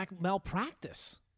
malpractice